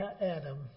Adam